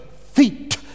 feet